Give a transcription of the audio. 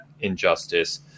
Injustice